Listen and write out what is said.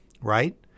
right